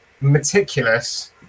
meticulous